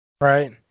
Right